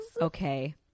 Okay